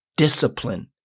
Discipline